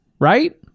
right